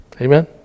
Amen